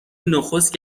نخست